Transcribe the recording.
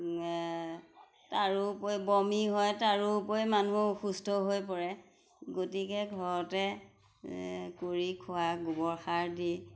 তাৰোপৰি বমি হয় তাৰোপৰি মানুহ অসুস্থ হৈ পৰে গতিকে ঘৰতে কৰি খোৱা গোবৰ সাৰ দি